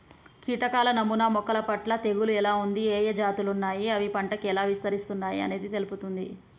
కీటకాల నమూనా మొక్కలపట్ల తెగులు ఎలా ఉంది, ఏఏ జాతులు ఉన్నాయి, అవి పంటకు ఎలా విస్తరిస్తున్నయి అనేది తెలుపుతుంది